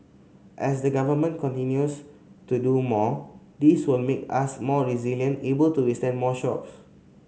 as the Government continues to do more this will make us more resilient able to withstand more shocks